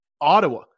Ottawa